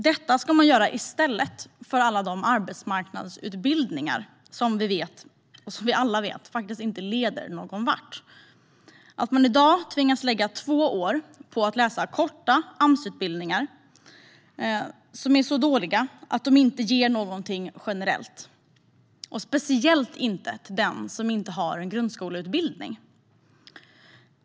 Detta ska man göra i stället för alla de arbetsmarknadsutbildningar som vi vet inte leder någon vart. I dag tvingas man lägga ned två år på att läsa korta Amsutbildningar som är så dåliga att de inte ger någonting generellt, speciellt inte för den som inte har grundskoleutbildning.